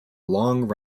long